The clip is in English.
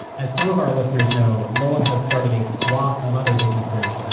as some of our listeners know, nolan has started a swath of other businesses,